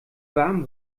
warm